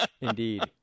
Indeed